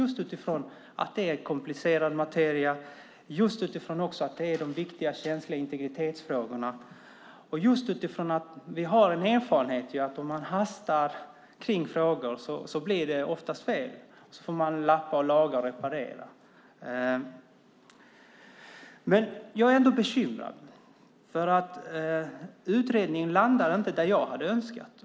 Det är komplicerad materia, och det handlar om viktiga och känsliga integritetsfrågor. Erfarenheten är också att om man hastar med frågor blir det ofta fel. Då får man lappa, laga och reparera. Jag är ändå bekymrad. Utredningen landade inte där jag hade önskat.